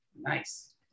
Nice